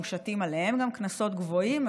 מושתים עליהם קנסות גבוהים.